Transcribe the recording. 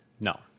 No